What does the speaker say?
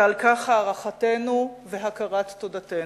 ועל כך הערכתנו והכרת תודתנו.